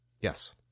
Yes